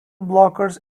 blockers